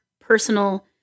personal